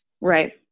right